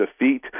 defeat